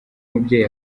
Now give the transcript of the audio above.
umubyeyi